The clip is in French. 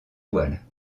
voiles